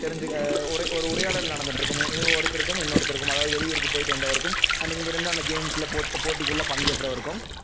தெரிஞ்சு உரை ஒரு உரையாடல் நடந்துட்டுருக்குமே இ ஒருத்தருக்கும் இன்னொருத்தருக்கும் அதாவது வெளியூருக்கு போய்ட்டு வந்தவருக்கும் அண்டு இங்கே இருந்த அந்த கேம்ஸில் போட்டு போட்டிகளில் பங்கேற்றவருக்கும்